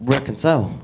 Reconcile